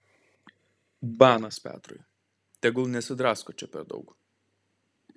banas petrui tegul nesidrasko čia per daug